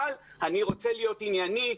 אבל אני רוצה להיות ענייני.